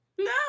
No